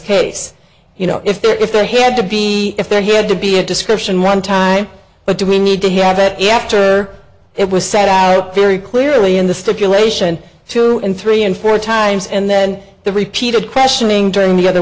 case you know if there if there had to be if there had to be a description run time but do we need to have it after it was set out very clearly in the stipulation two and three and four times and then the repeated questioning during the other